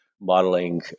modeling